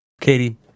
Katie